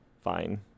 fine